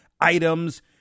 items